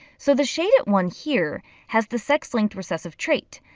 so the shaded one here has the sex-linked recessive trait.